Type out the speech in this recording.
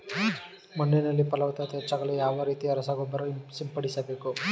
ಮಣ್ಣಿನಲ್ಲಿ ಫಲವತ್ತತೆ ಹೆಚ್ಚಾಗಲು ಯಾವ ರೀತಿಯ ರಸಗೊಬ್ಬರ ಸಿಂಪಡಿಸಬೇಕು?